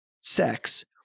sex